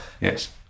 yes